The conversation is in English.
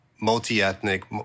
multi-ethnic